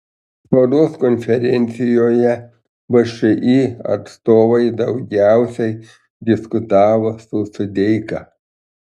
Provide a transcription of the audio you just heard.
spaudos konferencijoje všį atstovai daugiausiai diskutavo su sodeika